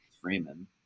Freeman